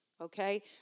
Okay